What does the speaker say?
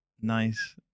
nice